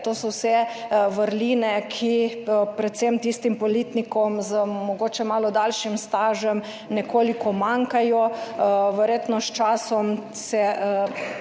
To so vse vrline, ki predvsem tistim politikom z mogoče malo daljšim stažem nekoliko manjkajo. Verjetno s časom se